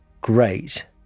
great